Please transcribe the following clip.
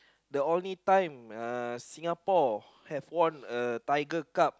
the only time uh Singapore have won a Tiger Cup